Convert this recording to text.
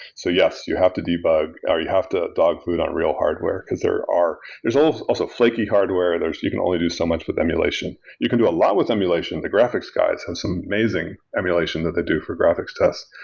so yes, you have to debug, or you have to dog food on real hardware because there are there's also also flaky hardware. you can only do so much with emulation. you can do a lot with emulation. the graphics guys have and some amazing emulation that they do for graphics test.